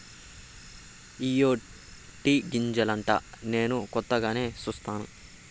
ఇయ్యే టీ గింజలంటా నేను కొత్తగానే సుస్తాను